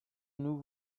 nous